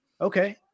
okay